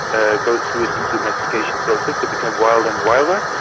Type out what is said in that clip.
ah go through a de-domestication process and become wilder and wilder.